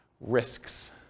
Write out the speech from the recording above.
Risks